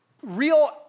Real